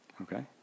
Okay